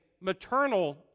maternal